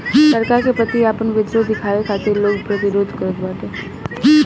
सरकार के प्रति आपन विद्रोह दिखावे खातिर लोग कर प्रतिरोध करत बाटे